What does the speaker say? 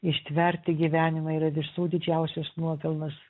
ištverti gyvenimą yra visų didžiausias nuopelnas